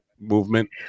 movement